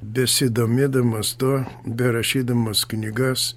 besidomėdamas tuo berašydamas knygas